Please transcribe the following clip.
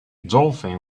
dolphin